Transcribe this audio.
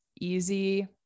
easy